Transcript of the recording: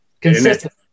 Consistent